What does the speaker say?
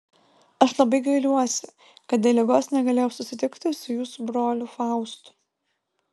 aš labai gailiuosi kad dėl ligos negalėjau susitikti su jūsų broliu faustu